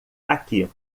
aqui